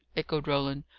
echoed roland.